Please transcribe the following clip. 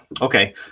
Okay